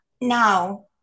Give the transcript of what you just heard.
now